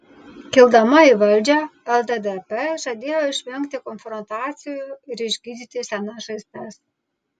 kildama į valdžią lddp žadėjo išvengti konfrontacijų ir išgydyti senas žaizdas